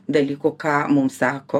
dalykų ką mums sako